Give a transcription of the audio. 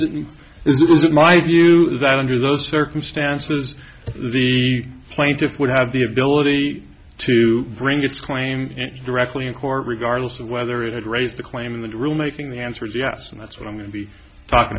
isn't my view is that under those circumstances the plaintiff would have the ability to bring its claim directly in court regardless of whether it had raised the claim in the rule making the answer is yes and that's what i'm going to be talking